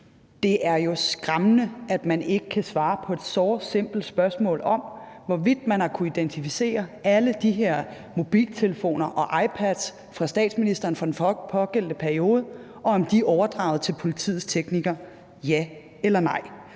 det er jo skræmmende, at man ikke kan svare på et såre simpelt spørgsmål om, hvorvidt man har kunnet identificere alle de her mobiltelefoner og iPads fra statsministeren fra den pågældende periode, og om de er overdraget til politiets teknikere. Ja eller nej?